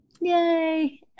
Yay